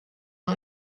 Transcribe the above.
nur